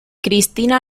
cristina